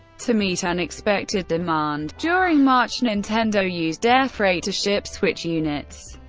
to meet unexpected demand during march, nintendo used air freight to ship switch units,